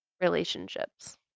relationships